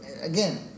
again